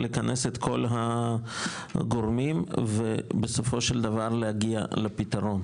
לכנס את כל הגורמים ובסופו של דבר להגיע לפתרון.